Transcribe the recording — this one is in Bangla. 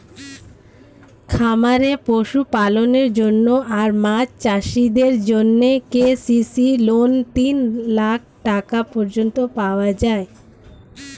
খামারে পশুপালনের জন্য আর মাছ চাষিদের জন্যে কে.সি.সি লোন তিন লাখ টাকা পর্যন্ত পাওয়া যায়